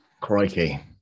Crikey